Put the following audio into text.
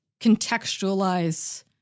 contextualize